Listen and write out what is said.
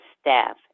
staff